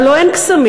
הלוא אין קסמים.